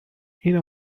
این